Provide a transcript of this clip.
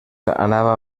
anava